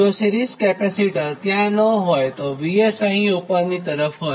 જો series capacitor ત્યાં ન હોય તો VS અહીં ઉપરની તરફ હોત